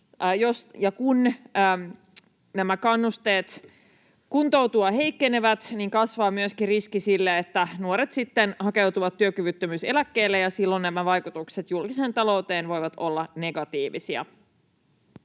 nämä kannusteet kuntoutua heikkenevät, niin kasvaa myöskin riski sille, että nuoret sitten hakeutuvat työkyvyttömyyseläkkeelle, ja silloin nämä vaikutukset julkiseen talouteen voivat olla negatiivisia.